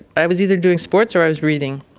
i was either doing sports or i was reading.